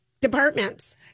departments